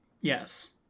Yes